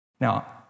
Now